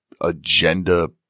agenda